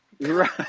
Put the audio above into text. Right